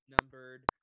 numbered